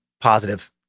positive